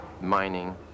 mining